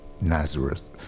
Nazareth